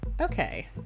okay